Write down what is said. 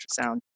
ultrasound